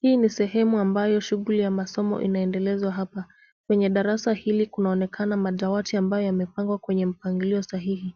Hii ni sehemu ambayo shughuli ya masomo inaendelezwa hapa. Kwenye darasa hili kunaonekana madawati ambayo yamepangwa kwenye mpangilio sahihi.